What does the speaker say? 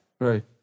Right